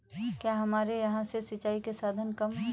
क्या हमारे यहाँ से सिंचाई के साधन कम है?